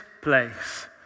place